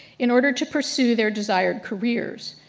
in order to pursue their desired careers.